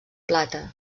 plata